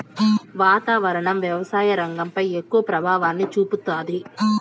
వాతావరణం వ్యవసాయ రంగంపై ఎక్కువ ప్రభావాన్ని చూపుతాది